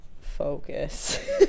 focus